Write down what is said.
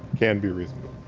can be reasoned